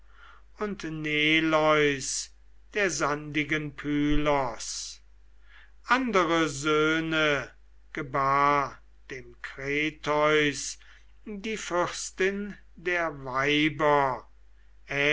und neleus der sandigen pylos andere söhne gebar dem kretheus die fürstin der weiber